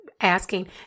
asking